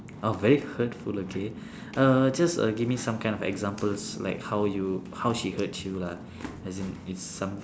oh very hurtful okay uh just err give me some kind of examples like how you how she hurts you lah as in it's some